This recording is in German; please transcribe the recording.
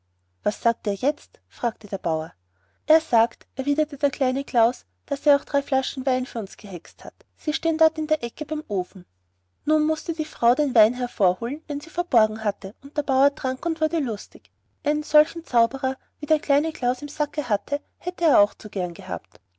was sagt er jetzt fragte der bauer er sagt erwiderte der kleine klaus daß er auch drei flaschen wein für uns gehext hat sie stehen dort in der ecke beim ofen nun mußte die frau den wein hervorholen den sie verborgen hatte und der bauer trank und wurde lustig einen solchen zauberer wie der kleine klaus im sacke hatte hätte er gar zu gern gehabt